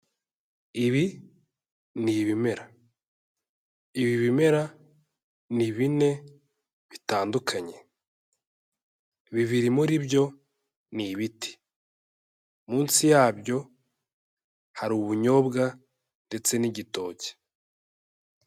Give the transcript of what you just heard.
Ibi ni ibimera, ibi bimera ni bine bitandukanye, bibiri muri byo ni ibiti munsi yabyo hari ubunyobwa ndetse n'igitoki.